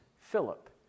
Philip